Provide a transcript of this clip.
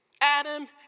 Adam